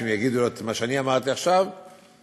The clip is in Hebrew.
ושהם יגידו לו את מה שאני אמרתי עכשיו זכותו,